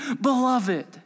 Beloved